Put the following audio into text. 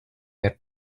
had